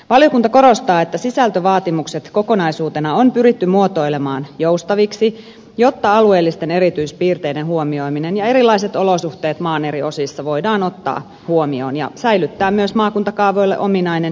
valiokunta korostaa että sisältövaatimukset kokonaisuutena on pyritty muotoilemaan joustaviksi jotta alueellisten erityispiirteiden huomioiminen ja erilaiset olosuhteet maan eri osissa voidaan ottaa huomioon ja säilyttää myös maakuntakaavoille ominainen yleispiirteisyys